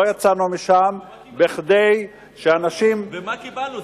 לא יצאנו משם כדי שאנשים, ומה קיבלנו?